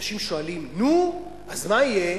אנשים שואלים: נו, אז מה יהיה?